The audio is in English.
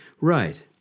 Right